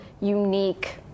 unique